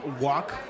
walk